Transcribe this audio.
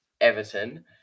Everton